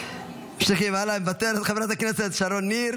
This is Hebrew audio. ממשיכים הלאה, מוותרת, חברת הכנסת שרון ניר,